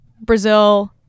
brazil